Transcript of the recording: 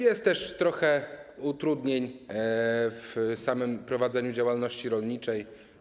Jest też trochę utrudnień w samym prowadzeniu działalności rolniczej.